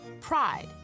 Pride